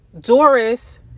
Doris